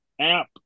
app